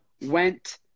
went